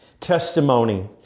Testimony